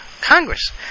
Congress